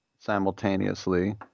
simultaneously